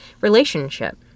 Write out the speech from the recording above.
relationship